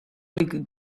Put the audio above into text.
golik